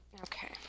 Okay